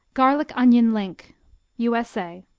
garlic-onion link u s a.